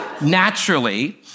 Naturally